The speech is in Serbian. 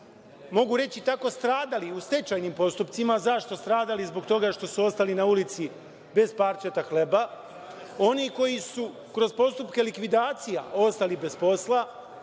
mogu reći, tako stradali u stečajnim postupcima. Zašto stradali? Zbog toga što su ostali na ulici bez parčeta hleba, oni koji su kroz postupke likvidacija ostali bez posla